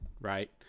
right